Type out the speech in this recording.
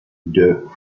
deux